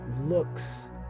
looks